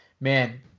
man